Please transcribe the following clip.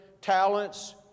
talents